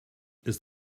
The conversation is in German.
ist